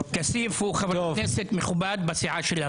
כסיף הוא חבר כנסת מכובד בסיעה שלנו.